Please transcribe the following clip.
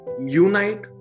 unite